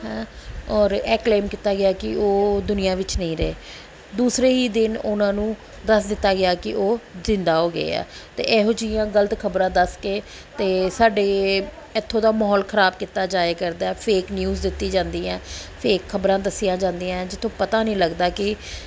ਓਰ ਇਹ ਕਲੇਮ ਕੀਤਾ ਗਿਆ ਕਿ ਉਹ ਦੁਨੀਆ ਵਿੱਚ ਨਹੀਂ ਰਹੇ ਦੂਸਰੇ ਹੀ ਦਿਨ ਉਹਨਾਂ ਨੂੰ ਦੱਸ ਦਿੱਤਾ ਗਿਆ ਕਿ ਉਹ ਜਿੰਦਾ ਹੋ ਗਏ ਆ ਅਤੇ ਇਹੋ ਜਿਹੀਆਂ ਗਲਤ ਖਬਰਾਂ ਦੱਸ ਕੇ ਅਤੇ ਸਾਡੇ ਇੱਥੋਂ ਦਾ ਮਾਹੌਲ ਖਰਾਬ ਕੀਤਾ ਜਾਵੇ ਕਰਦਾ ਫੇਕ ਨਿਊਜ਼ ਦਿੱਤੀ ਜਾਂਦੀ ਹੈ ਫੇਕ ਖਬਰਾਂ ਦੱਸੀਆਂ ਜਾਂਦੀਆਂ ਜਿੱਥੋਂ ਪਤਾ ਨਹੀਂ ਲੱਗਦਾ ਕਿ